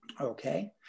Okay